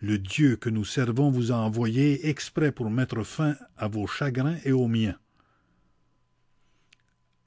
le dieu que nous servons vous a envoyés exprès pour mettre fin à vos chagrins et aux miens